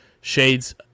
Shades